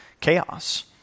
chaos